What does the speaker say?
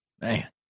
Man